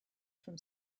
from